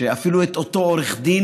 שאפילו את אותו עורך דין,